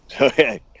Okay